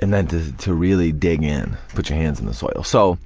and then to to really dig in, put your hands in the soil. so